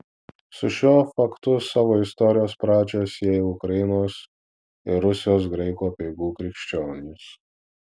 su šiuo faktu savo istorijos pradžią sieją ukrainos ir rusijos graikų apeigų krikščionys